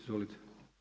Izvolite.